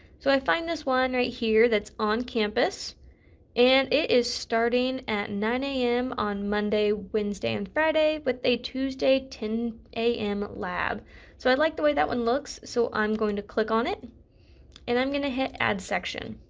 so i find this one right here that's on campus and it is starting at nine am on monday, wednesday, and friday with a tuesday ten am lab so i like the way that one looks so i am going to click on it and i am going to hit add section.